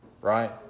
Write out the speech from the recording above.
right